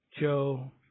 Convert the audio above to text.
Joe